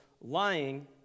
lying